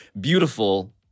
beautiful